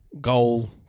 Goal